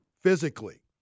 physically